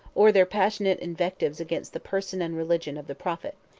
or their passionate invectives against the person and religion of the prophet.